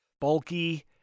bulky